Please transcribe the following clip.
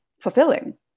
fulfilling